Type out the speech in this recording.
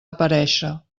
aparèixer